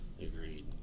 Agreed